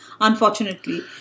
unfortunately